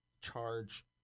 charge –